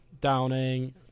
Downing